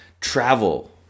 travel